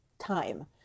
time